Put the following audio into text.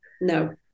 No